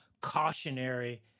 cautionary